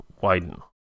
widen